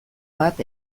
bat